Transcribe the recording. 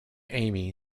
amy